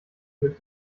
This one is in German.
durch